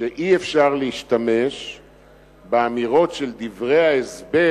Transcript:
שאי-אפשר להשתמש באמירות של דברי ההסבר